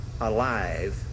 alive